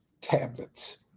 tablets